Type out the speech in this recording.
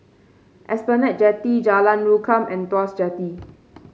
Esplanade Jetty Jalan Rukam and Tuas Jetty